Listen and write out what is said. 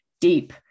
deep